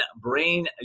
brain